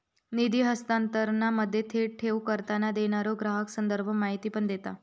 निधी हस्तांतरणामध्ये, थेट ठेव करताना, देणारो ग्राहक संदर्भ माहिती पण देता